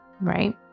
right